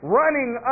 running